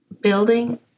Building